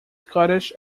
scottish